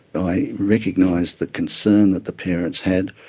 i recognise the concern that the parents had,